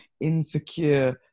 insecure